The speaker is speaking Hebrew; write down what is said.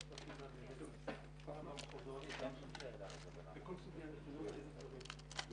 הנכה הוא אדם שצריך להשתקם זה